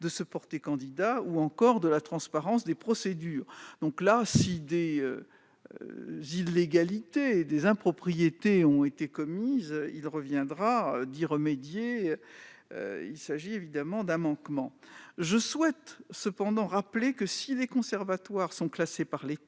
de se porter candidat, ou encore de la transparence des procédures. Si des illégalités ou des impropriétés ont été commises, il faudra remédier à ces manquements. Je souhaite cependant rappeler que, si les conservatoires sont classés par l'État,